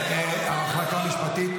לי אף אחד לא אומר איזו חולצה לשים.